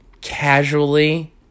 casually